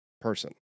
person